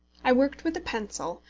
i worked with a pencil,